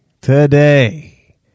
today